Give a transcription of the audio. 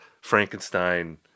Frankenstein